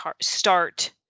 start